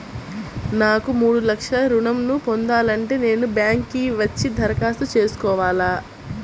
నాకు మూడు లక్షలు ఋణం ను పొందాలంటే నేను బ్యాంక్కి వచ్చి దరఖాస్తు చేసుకోవాలా?